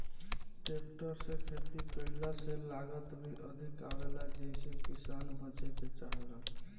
tractor से खेती कईला से लागत भी अधिक आवेला जेइसे किसान बचे के चाहेलन